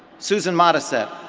susan modisette,